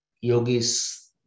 yogis